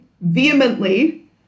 vehemently